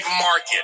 market